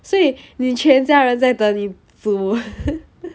所以你全家人在等你煮